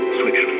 switch